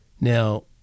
Now